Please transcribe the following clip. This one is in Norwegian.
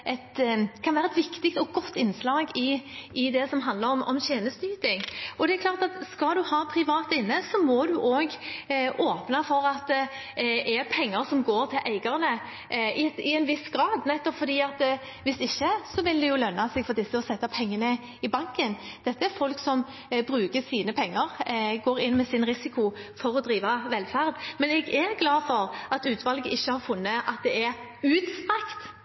viktig og godt innslag i det som handler om tjenesteyting. Det er klart at skal man ha private inne, må man også åpne for at penger går til eierne til en viss grad, hvis ikke vil det jo lønne seg for disse å sette pengene i banken. Dette er folk som bruker sine penger – går inn med sin risiko – for å drive velferd. Men jeg er glad for at utvalget ikke har funnet at det er utstrakt